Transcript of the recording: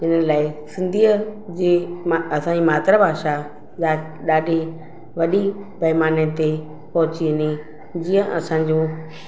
हिन लाइ सिंधीअ जी मां असांजी मातृभाषा इहा ॾाढी वॾी पैमाने ते पहुची वञे जीअं असांजो